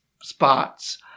spots